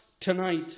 tonight